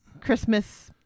Christmas